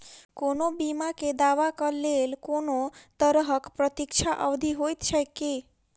कोनो बीमा केँ दावाक लेल कोनों तरहक प्रतीक्षा अवधि होइत छैक की?